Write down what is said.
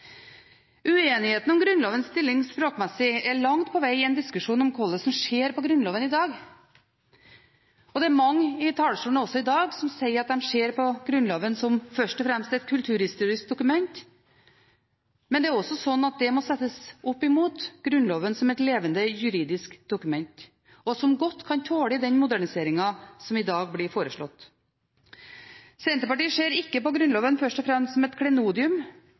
Uenigheten om Grunnlovens stilling språkmessig er langt på veg en diskusjon om hvordan en ser på Grunnloven i dag. Det er mange som også fra talerstolen i dag sier at de først og fremst ser på Grunnloven som et kulturhistorisk dokument. Men det må også ses opp mot Grunnloven som et levende, juridisk dokument, som godt kan tåle den moderniseringen som i dag blir foreslått. Senterpartiet ser ikke på Grunnloven først og fremst som et klenodium